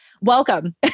welcome